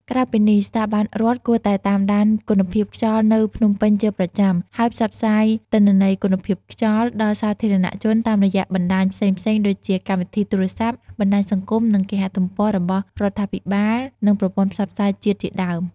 ក្រៅពីនេះ ស្ថាប័នរដ្ឋគួរតែតាមដានគុណភាពខ្យល់នៅភ្នំពេញជាប្រចាំ ហើយផ្សព្វផ្សាយទិន្នន័យគុណភាពខ្យល់ ដល់សាធារណជនតាមរយៈបណ្តាញផ្សេងៗដូចជា កម្មវិធីទូរស័ព្ទ បណ្តាញសង្គម និងគេហទំព័ររបស់រដ្ឋាភិបាល និងប្រព័ន្ធផ្សព្វផ្សាយជាតិជាដើម។